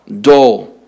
Dull